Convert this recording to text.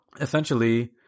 essentially